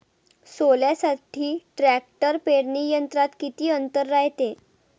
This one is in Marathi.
सोल्यासाठी ट्रॅक्टर पेरणी यंत्रात किती अंतर रायते?